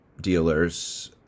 dealers